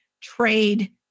trade